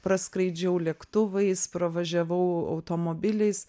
praskraidžiau lėktuvais pravažiavau automobiliais